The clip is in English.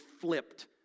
flipped